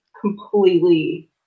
completely